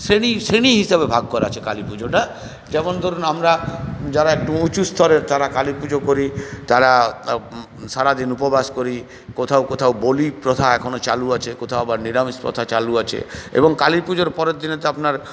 শ্রেণী শ্রেণী হিসাবে ভাগ করা আছে কালীপুজোটা যেমন ধরুন আমরা যারা একটু উঁচু স্তরের তারা কালীপুজো করি তারা সারাদিন উপবাস করি কোথাও কোথাও বলি প্রথা এখনও চালু আছে কোথাও আবার নিরামিষ প্রথা চালু আছে এবং কালীপুজোর পরেরদিনে তো আপনার